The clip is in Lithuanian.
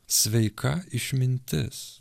sveika išmintis